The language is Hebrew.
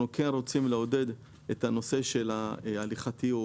רוצים לעודד את הנושא של ההליכתיות,